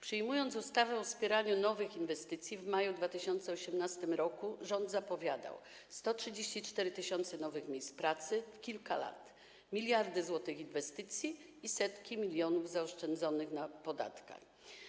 Przyjmując ustawę o wspieraniu nowych inwestycji, w maju 2018 r. rząd zapowiadał: 134 tys. nowych miejsc pracy w kilka lat, miliardy złotych inwestycji i setki milionów zaoszczędzonych na podatkach.